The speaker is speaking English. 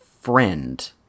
friend